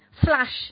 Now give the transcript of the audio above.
flash